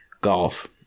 golf